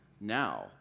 now